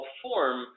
form